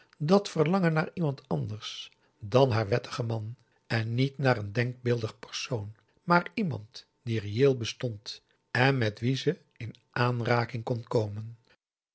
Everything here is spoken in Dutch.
dat verlangen naar iemand anders dan haar wettigen man en niet naar een denkbeeldig persoon maar iemand die p a daum de van der lindens c s onder ps maurits reëel bestond en met wien ze in aanraking kon komen